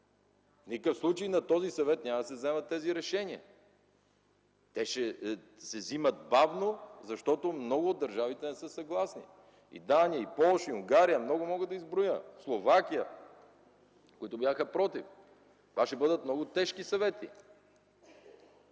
никакъв случай на този съвет няма да се вземат тези решения. Те ще се взимат бавно, защото много от държавите не са съгласни – и Дания, и Полша, и Унгария, Словакия – много мога да изброя, които бяха против. Това ще бъдат много тежки съвети.